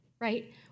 right